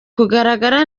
kugaragara